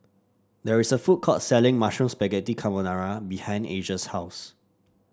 there is a food court selling Mushroom Spaghetti Carbonara behind Asia's house